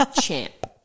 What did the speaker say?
champ